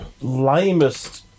lamest